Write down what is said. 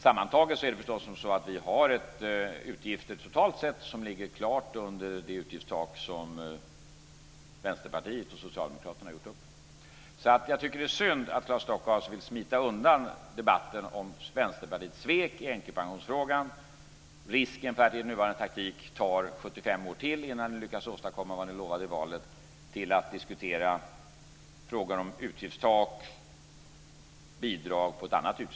Sammantaget har vi totalt sett utgifter som ligger klart under det utgiftstak som Vänsterpartiet och Socialdemokraterna har gjort upp om. Jag tycker att det är synd att Claes Stockhaus vill smita undan debatten om Vänsterpartiets svek i änkepensionsfrågan. Risken är att det med nuvarande taktik - att diskutera frågan om utgiftstak och bidrag på ett annat utgiftsområde - tar 75 år till innan ni lyckas åstadkomma vad ni lovade i valet.